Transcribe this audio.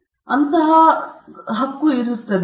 ಮಧ್ಯಮ ಬಲ ಯಾವಾಗಲೂ ಇರುತ್ತದೆ